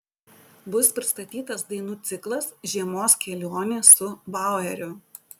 bus pristatytas dainų ciklas žiemos kelionė su baueriu